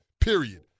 period